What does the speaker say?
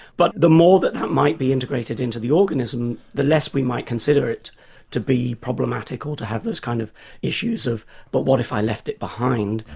but the more that might be integrated into morganism, the less we might consider it to be problematical to have those kind of issues of but what if i left it behind?